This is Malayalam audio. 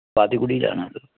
പാത്തിക്കുടീലാണ് അത്